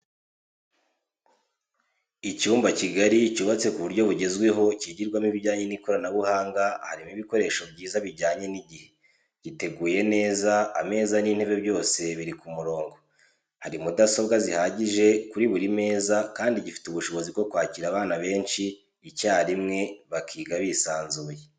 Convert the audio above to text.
Icyumba kigari cyubatse ku buryo bwugezweho kigirwamo ibijyanye n'ikoranabuhanga harimo ibikoresho byiza bijyanye n'igihe, giteguye neza ameza n'intebe byose biri ku murongo ,hari mudasobwa zihagije kuri buri meza kandi gifite ubushobozi bwo kwakira abana benshi icyarimwe bakiga bisanzuye.